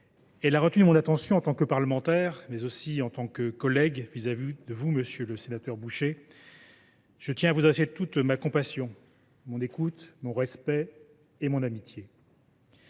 Elle a retenu mon attention en tant que parlementaire, mais aussi en tant que collègue, monsieur le sénateur Bouchet. Je tiens à vous assurer de toute ma compassion, de mon écoute, de mon respect et de mon amitié.